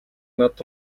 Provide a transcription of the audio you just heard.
над